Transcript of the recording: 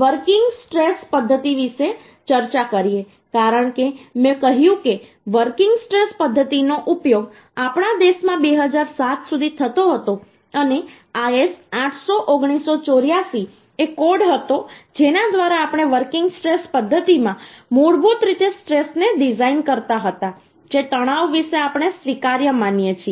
working stress પદ્ધતિ વિશે ચર્ચા કરીએ કારણ કે મેં કહ્યું કે વર્કિંગ સ્ટ્રેસ પદ્ધતિનો ઉપયોગ આપણા દેશમાં 2007 સુધી થતો હતો અને IS 800 1984 એ કોડ હતો જેના દ્વારા આપણે વર્કિંગ સ્ટ્રેસ પદ્ધતિમાં મૂળભૂત રીતે સ્ટ્રેસને ડિઝાઈન કરતા હતા જે તણાવ વિશે આપણે સ્વીકાર્ય માનીએ છીએ